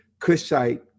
Kushite